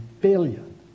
billion